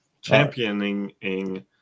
championing